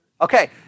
Okay